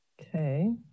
Okay